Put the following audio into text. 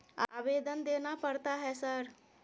आवेदन देना पड़ता है सर?